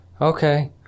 Okay